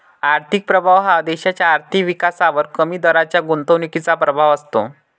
आर्थिक प्रभाव हा देशाच्या आर्थिक विकासावर कमी दराच्या गुंतवणुकीचा प्रभाव असतो